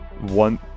one